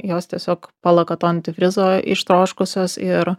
jos tiesiog palaka to antifrizo ištroškusios ir